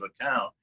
account